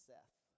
Seth